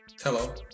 Hello